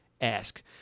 Ask